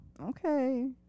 Okay